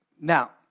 Now